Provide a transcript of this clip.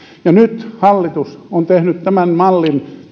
nyt hallitus on tehnyt tämän mallin